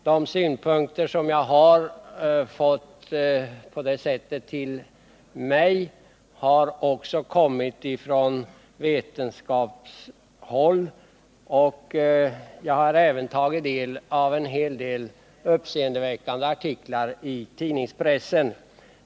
De synpunkter som har framförts till mig har också kommit från vetenskapligt håll. Jag har även tagit del av många uppseendeväckande artiklar i tidningspressen.